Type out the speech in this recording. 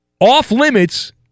off-limits